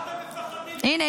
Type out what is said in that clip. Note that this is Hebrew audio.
למה אתם מפחדים --- הינה,